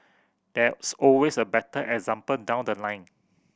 there's always a better example down the line